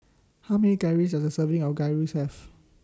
How Many Calories Does A Serving of Gyros Have